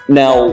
now